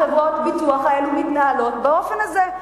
חברות הביטוח האלה מתנהלות באופן הזה.